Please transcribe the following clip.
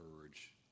courage